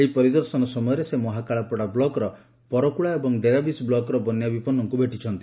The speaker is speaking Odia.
ଏହି ପରିଦର୍ଶନ ସମୟରେ ସେ ମହାକାଳପଡ଼ା ବ୍ଲକ୍ର ପରକୁଳା ଏବଂ ଡେରାବିଶ୍ ବ୍ଲକ୍ର ବିନ୍ୟା ବିପନ୍ନଙ୍କୁ ଭେଟିଛନ୍ତି